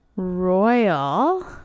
Royal